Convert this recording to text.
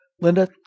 Linda